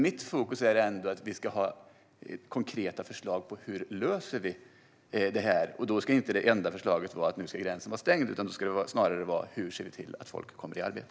Mitt fokus är ändå att vi ska ha konkreta förslag på hur vi löser detta. Det ska inte vara så att det enda förslaget är att gränsen nu ska vara stängd, utan det ska snarare handla om hur vi ser till att folk kommer i arbete.